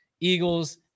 Eagles